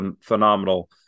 phenomenal